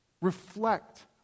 reflect